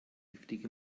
giftige